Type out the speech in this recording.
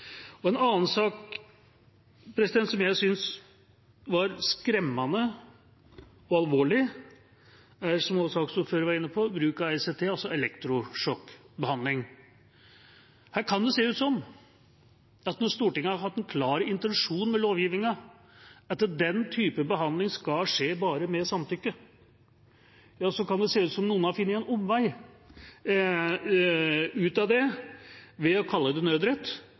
En annen sak jeg synes er skremmende og alvorlig, er – som saksordføreren også var inne på – bruken av ECT, altså elektrosjokkbehandling. Stortinget har hatt en klar intensjon med lovgivingen, nemlig at den typen behandling bare skal skje med samtykke, men det kan se ut som om noen har funnet en omvei ved å kalle det «nødrett» og da allikevel foretatt den typen behandling. Det